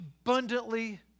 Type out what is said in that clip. abundantly